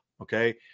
Okay